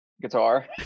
guitar